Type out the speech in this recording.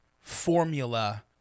formula